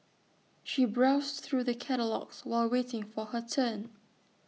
she browsed through the catalogues while waiting for her turn